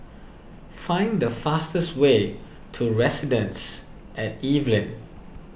find the fastest way to Residences at Evelyn